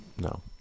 No